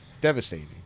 Devastating